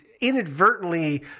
inadvertently